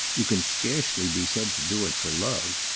you can scarcely be said to do it for love.